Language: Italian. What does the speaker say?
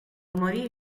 morì